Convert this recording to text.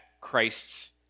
Christ's